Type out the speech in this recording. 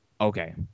Okay